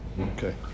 okay